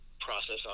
process